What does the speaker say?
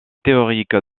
théorique